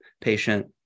patient